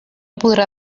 podrà